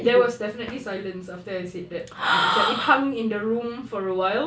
there was definitely silence after I said that like it hung in the room for awhile